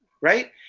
right